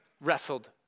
wrestled